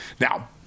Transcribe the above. Now